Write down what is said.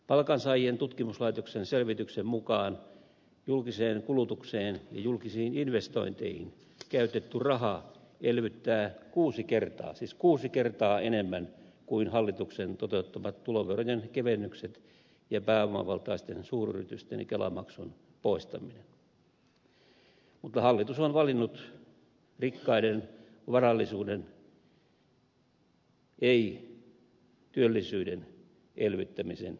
palkansaajien tutkimuslaitoksen selvityksen mukaan julkiseen kulutukseen ja julkisiin investointeihin käytetty raha elvyttää kuusi kertaa siis kuusi kertaa enemmän kuin hallituksen toteuttamat tuloverojen kevennykset ja pääomavaltaisten suuryritysten kelamaksun poistaminen mutta hallitus on valinnut rikkaiden varallisuuden ei työllisyyden elvyttämisen linjan